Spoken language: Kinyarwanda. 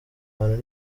abantu